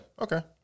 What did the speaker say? okay